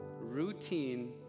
routine